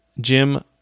Jim